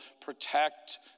protect